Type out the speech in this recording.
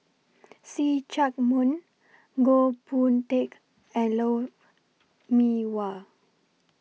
See Chak Mun Goh Boon Teck and Lou Mee Wah